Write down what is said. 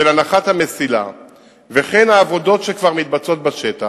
של הנחת המסילה וכן העבודות שכבר מתבצעות בשטח,